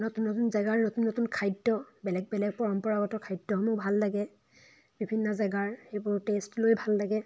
নতুন নতুন জেগাৰ নতুন নতুন খাদ্য বেলেগ বেলেগ পৰম্পৰাগত খাদ্যসমূহ ভাল লাগে বিভিন্ন জেগাৰ এইবোৰ টেষ্ট লৈ ভাল লাগে